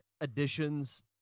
additions